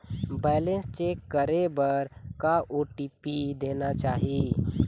Balance check करे बर का ओ.टी.पी देना चाही?